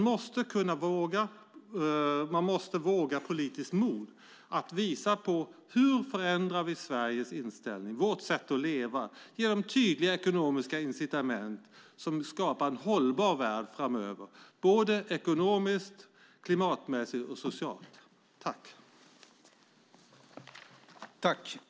Med politiskt mod visar vi hur vi förändrar Sveriges inställning och vårt sätt att leva med tydliga ekonomiska incitament som skapar en ekonomiskt, klimatmässigt och socialt hållbar värld framöver.